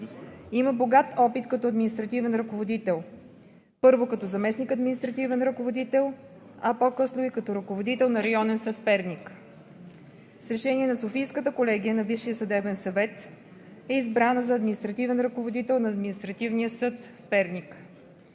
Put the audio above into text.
Има богат опит като административен ръководител – първо като заместник-административен ръководител, а по-късно и като ръководител на Районен съд – Перник. С решение на Софийската колегия на Висшия съдебен съвет е избрана за административен ръководител на Административния съд – Перник.